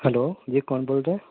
hello جی کون بول رہے ہیں